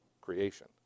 creation